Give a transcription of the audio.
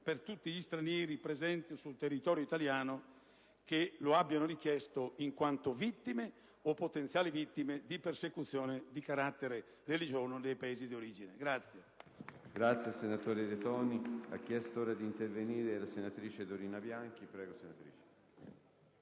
a tutti gli stranieri presenti sul territorio italiano che lo abbiano richiesto in quanto vittime, o potenziali vittime, di persecuzioni di carattere religioso nei Paesi d'origine.